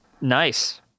Nice